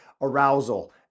arousal